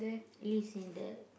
least in the